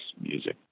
music